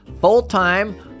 full-time